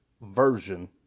version